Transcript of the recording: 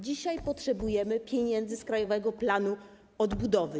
Dzisiaj potrzebujemy pieniędzy z Krajowego Planu Odbudowy.